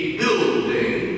building